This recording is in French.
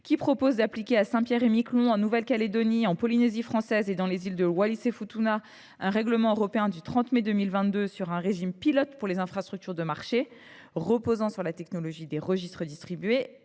l’article 3 applique à Saint Pierre et Miquelon, en Nouvelle Calédonie, en Polynésie française et dans les îles Wallis et Futuna un règlement européen du 30 mai 2022 sur un régime pilote pour les infrastructures de marché reposant sur la technologie des registres distribués.